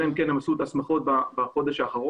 אלא אם כן הם עשו את ההסמכות בחודש האחרון.